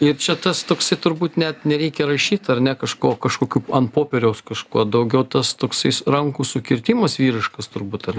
ir čia tas toksai turbūt net nereikia rašyt ar ne kažko kažkokių ant popieriaus kažko daugiau tas toksais rankų sukirtimas vyriškas turbūt ar